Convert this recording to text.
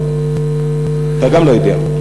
אתה גם לא יודע.